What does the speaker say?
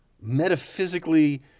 metaphysically